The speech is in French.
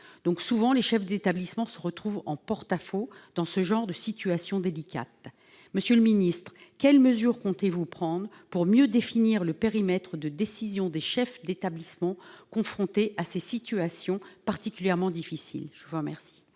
De fait, les chefs d'établissement se retrouvent souvent en porte-à-faux dans ce genre de situation délicate. Monsieur le ministre, quelles mesures comptez-vous prendre pour mieux définir le périmètre de décision des chefs d'établissement confrontés à ces situations particulièrement difficiles ? La parole